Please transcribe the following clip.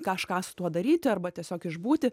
kažką su tuo daryti arba tiesiog išbūti